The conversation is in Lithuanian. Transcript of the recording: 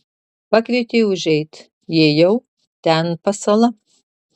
pakvietė užeit įėjau ten pasala